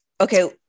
okay